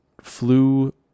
flew